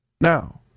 Now